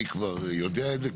אני כבר יודע את זה,